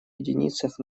единицах